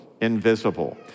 Invisible